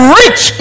rich